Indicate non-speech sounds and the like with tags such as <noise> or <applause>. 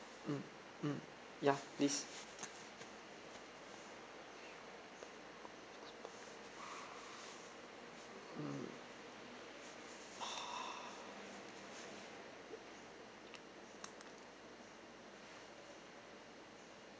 mm mm ya please mm <noise>